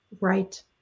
Right